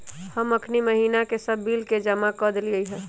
हम अखनी महिना के सभ बिल के जमा कऽ देलियइ ह